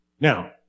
Now